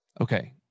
Okay